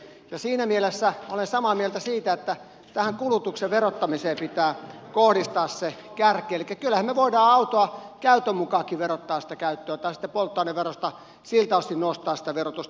ja siinä mielessä olen samaa mieltä siitä että tähän kulutuksen verottamiseen pitää kohdistaa se kärki elikkä kyllähän me voimme autoa käytönkin mukaan verottaa tai sitten polttoaineverosta siltä osin nostaa sitä verotusta